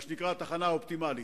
מה שנקרא "התחנה האופטימלית",